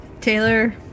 Taylor